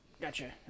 gotcha